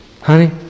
honey